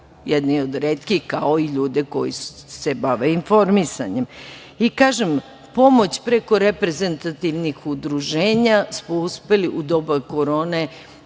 jedni od retkih, kao i ljude koji se bave informisanjem. Pomoć preko reprezentativnih udruženja smo uspeli u doba korone